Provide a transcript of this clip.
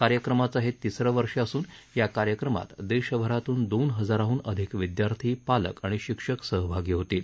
कार्यक्रमाचं हे तिसरं वर्ष असून या कार्यक्रमात देशभरातून दोन हजारांहून अधिक विद्यार्थी पालक आणि शिक्षक सहभागी होतील